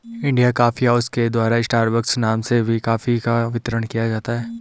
India Coffee House के द्वारा Starbucks नाम से भी कॉफी का वितरण किया जाता है